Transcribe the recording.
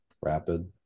rapid